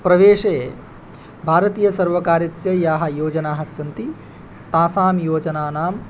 प्रवेशे भारतीयसर्वकारस्य याः योजनाः सन्ति तासां योजनानां